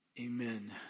Amen